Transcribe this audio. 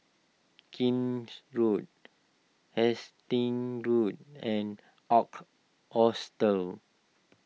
Kent Road Hastings Road and Arp Hostel